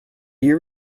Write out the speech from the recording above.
you